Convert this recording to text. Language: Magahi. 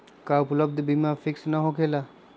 का उपलब्ध बीमा फिक्स न होकेला?